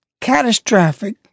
catastrophic